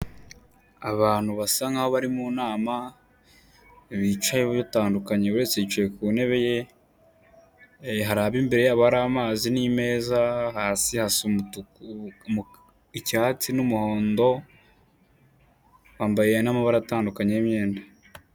Abantu basa nk'abari mu inama, bicaye batandukanye buri wese yicaye ku ntebe ye, hari ab'imbere ya bo hari amazi n'imeza, hasi hasa umutuku, icyatsi n'umuhondo, bambaye n'amabara atandukanye y'imyenda.